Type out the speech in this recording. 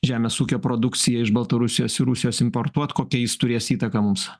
žemės ūkio produkcija iš baltarusijos ir rusijos importuot kokią jis turės įtaką mums